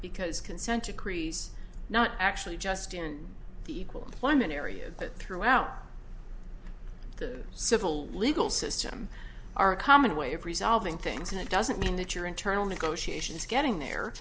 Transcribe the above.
because consent decrees not actually just in the equal employment area but throughout the civil legal system are a common way of resolving things and it doesn't mean that your internal negotiations getting